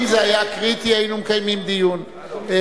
התשע"א 2011,